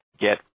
get